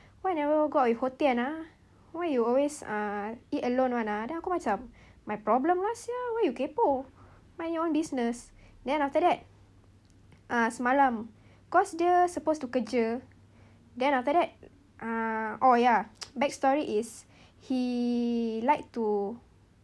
why never go out with ho tien ah why you always ah eat alone [one] ah then aku macam my problem lah [sial] why you kaypoh mind your own business then after that ah semalam cause dia supposed to kerja then after that ah oh ya back story is he like to